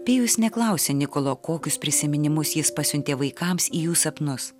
pijus neklausė nikolo kokius prisiminimus jis pasiuntė vaikams į jų sapnus